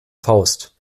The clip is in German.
faust